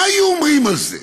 מה היו אומרים על זה?